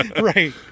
Right